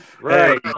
Right